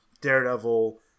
Daredevil